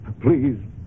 Please